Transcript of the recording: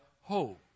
hope